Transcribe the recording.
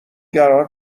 قرار